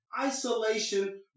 Isolation